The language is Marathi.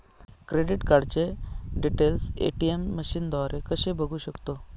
क्रेडिट कार्डचे डिटेल्स ए.टी.एम मशीनद्वारे कसे बघू शकतो?